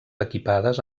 equipades